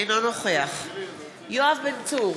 אינו נוכח יואב בן צור,